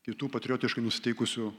kitų patriotiškai nusiteikusių